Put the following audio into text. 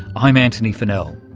i'm antony funnell.